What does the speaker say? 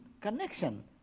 connection